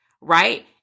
right